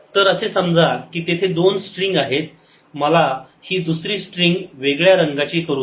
तर असे समजा की तेथे दोन स्ट्रिंग आहेत मला ही दुसरी स्ट्रिंग वेगळ्या रंगाची करू द्या